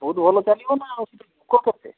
ବହୁତ ଭଲ ଚାଲିବ ନା ଅସୁବିଧା କେଉଁଠି ଅଛି